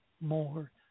more